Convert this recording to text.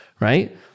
right